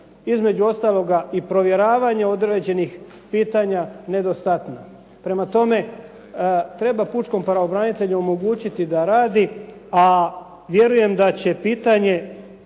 između ostaloga i provjeravanje određenih pitanja nedostatna. Prema tome, treba pučkom pravobranitelju omogućiti da radi, a vjerujem da će pitanje